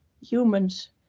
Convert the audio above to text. humans